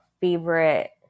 favorite